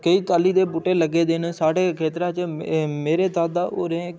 केईं चाल्ली दे बूह्टे लग्गे दे न साढ़े खेत्तरें च में मेरे दादा होरें